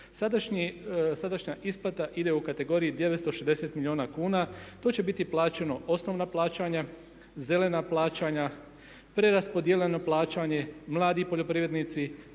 Sadašnja isplata ide u kategoriji 960 milijuna kuna. To će biti plaćeno osnovna plaćanja, zelena plaćanja, preraspodijeljeno plaćanje, mladi poljoprivrednici,